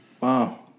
Wow